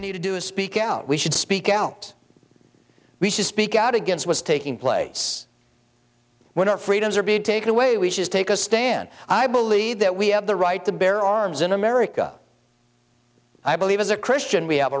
may need to do is speak out we should speak out we should speak out against was taking place when our freedoms are being taken away we should take a stand i believe that we have the right to bear arms in america i believe as a christian we have